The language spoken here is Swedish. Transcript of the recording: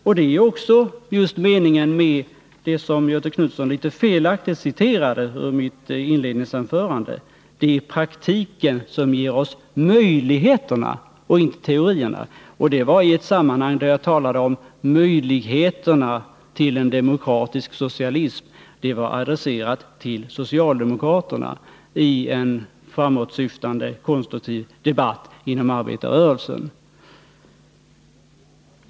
Just detta var också meningen med det som Göthe Knutson litet felaktigt citerade ur mitt inledningsanförande, dvs. att det är praktiken som ger oss möjligheterna och inte teorin. Det sade jag i ett sammanhang som gällde möjligheterna till en demokratisk socialism, och det var adresserat till socialdemokraterna i en framåtsyftande konstruktiv debatt inom arbetarrörelsen.